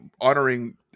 honoring